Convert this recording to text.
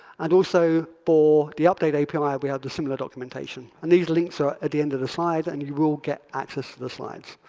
and also for the update api like we had the similar documentation. and these links are at the end of the slide and you will get access to the slides.